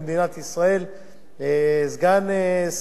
סגן שר האוצר במשרד האוצר,